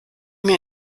mir